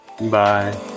Bye